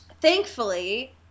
thankfully